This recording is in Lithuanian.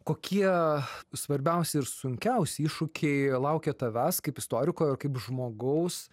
kokie svarbiausi ir sunkiausi iššūkiai laukia tavęs kaip istoriko ir kaip žmogaus